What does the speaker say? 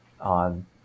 on